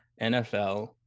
NFL